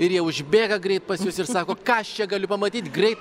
ir jie užbėga greit pas jus ir sako ką aš čia galiu pamatyt grei